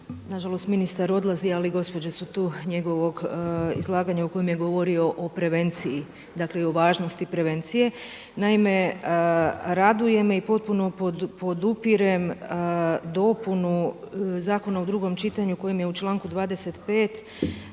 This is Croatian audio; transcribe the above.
na žalost ministar odlazi, ali gospođe su tu, njegovog izlaganja u kojem je govorio o prevenciji, dakle i o važnosti prevencije. Naime, raduje me i potpuno podupirem dopunu zakona u drugom čitanju kojim je u članku 25.